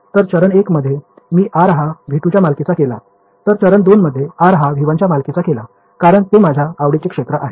तर चरण 1 मध्ये मी r हा V2 च्या मालकीचा केला तर चरण 2 मध्ये मी r हा V1 च्या मालकीचा केला कारण ते माझ्या आवडीचे क्षेत्र आहे